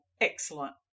Excellent